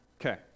Okay